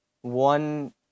one